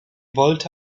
wollte